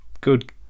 good